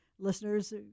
Listeners